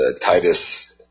Titus